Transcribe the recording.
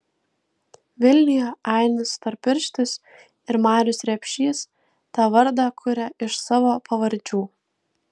vilniuje ainis storpirštis ir marius repšys tą vardą kuria iš savo pavardžių